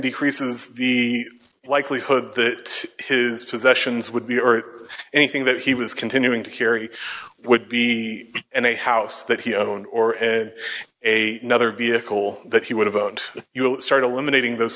decreases the likelihood that his possessions would be or anything that he was continuing to carry would be in a house that he owned or in a another vehicle that he would have owned you start eliminating those